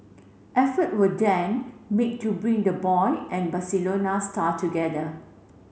effort were then made to bring the boy and Barcelona star together